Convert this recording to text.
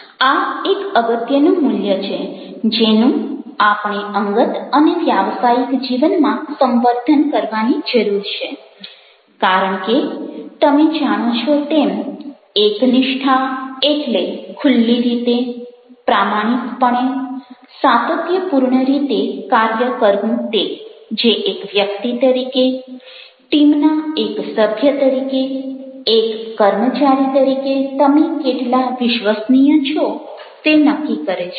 આ એક અગત્યનું મૂલ્ય છેજેનું આપણે અંગત અને વ્યાવસાયિક જીવનમાં સંવર્ધન કરવાની જરૂર છે કારણ કે તમે જાણો છો તેમ એકનિષ્ઠા એટલે ખુલ્લી રીતે પ્રામાણિકપણે સાતત્યપૂર્ણ રીતે કાર્ય કરવું તે જે એક વ્યક્તિ તરીકે ટીમના એક સભ્ય તરીકે એક કર્મચારી તરીકે તમે કેટલા વિશ્વાસનીય છો તે નક્કી કરે છે